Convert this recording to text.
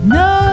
no